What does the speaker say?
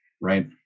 right